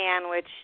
sandwich